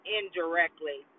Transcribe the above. indirectly